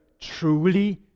Truly